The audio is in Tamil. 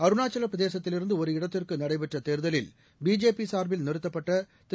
அருணாச்சவப் பிரதேசத்திலிருந்து ஒரு இடத்திற்கு நடைபெற்ற தேர்தலில் பிஜேபி சார்பில் நிறுத்தப்பட்ட திரு